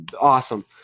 Awesome